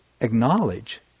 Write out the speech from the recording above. acknowledge